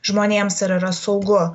žmonėms ar yra saugu